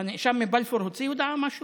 הנאשם מבלפור הוציא הודעה, משהו?